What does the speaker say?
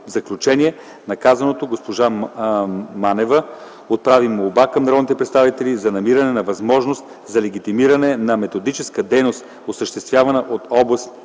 В заключение на казаното госпожа Манева отправи молба към народните представители за намиране на възможност за легитимиране на методическата дейност, осъществявана от областните